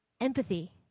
Empathy